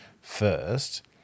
first